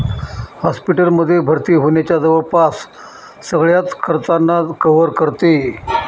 hospital मध्ये भर्ती होण्याच्या जवळपास सगळ्याच खर्चांना कव्हर करते